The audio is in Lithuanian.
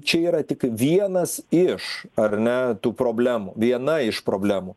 čia yra tik vienas iš ar ne tų problemų viena iš problemų